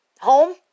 home